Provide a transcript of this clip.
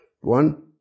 One